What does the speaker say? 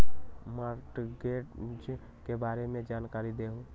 Mortgage के बारे में जानकारी देहु?